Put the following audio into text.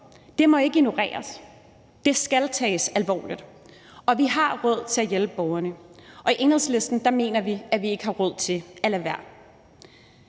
Det må ikke ignoreres. Det skal tages alvorligt. Og vi har råd til at hjælpe borgerne. I Enhedslisten mener vi, at vi ikke har råd til at lade være.